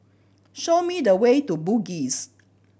show me the way to Bugis